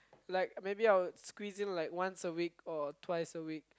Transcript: like maybe I would squeeze in like once a week or twice a week